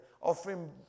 offering